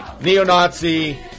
neo-Nazi